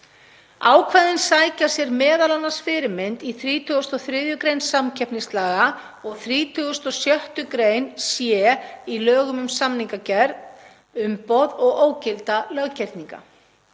Ákvæðin sækja sér m.a. fyrirmynd í 33. gr. samkeppnislaga og 36. gr. c í lögum um samningsgerð, umboð og ógilda löggerninga.